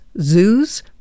zoos